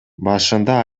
башында